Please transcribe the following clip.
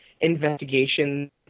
investigation